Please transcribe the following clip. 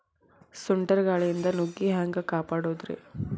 ಸುಂಟರ್ ಗಾಳಿಯಿಂದ ನುಗ್ಗಿ ಹ್ಯಾಂಗ ಕಾಪಡೊದ್ರೇ?